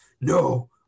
no